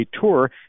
Tour